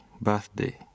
birthday